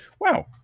Wow